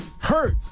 hurt